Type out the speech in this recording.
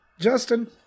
Justin